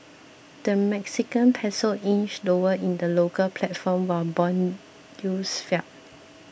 the Mexican Peso inched lower in the local platform while bond youth fell